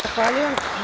Zahvaljujem.